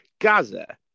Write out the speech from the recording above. Gaza